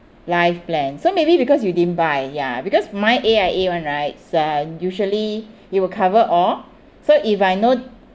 life plan so maybe because you didn't buy ya because my A_I_A one right it's uh usually it will cover all so if I know